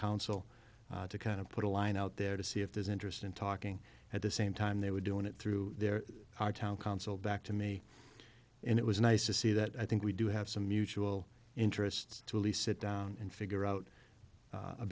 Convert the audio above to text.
council to kind of put a line out there to see if there's interest in talking at the same time they were doing it through their town council back to me and it was nice to see that i think we do have some mutual interests to lease it down and figure out